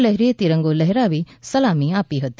લહેરી એ તિરંગો લહેરાવી સલામી આપી હતી